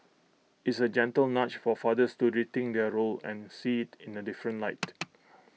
it's A gentle nudge for fathers to rethink their role and see IT in A different light